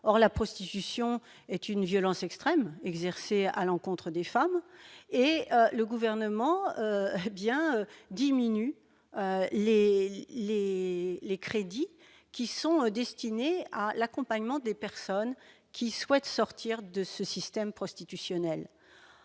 or la prostitution est une violence extrême exercée à l'encontre des femmes et le gouvernement bien diminuent les Les les crédits qui sont destinés à l'accompagnement des personnes qui souhaitent sortir de ce système prostitutionnel,